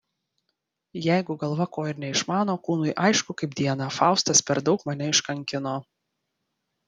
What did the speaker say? jeigu galva ko ir neišmano kūnui aišku kaip dieną faustas per daug mane iškankino